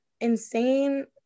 insane